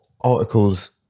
articles